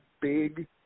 big